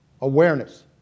Awareness